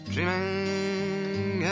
Dreaming